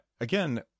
Again